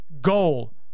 Goal